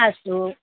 अस्तु